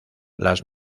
las